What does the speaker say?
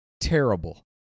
terrible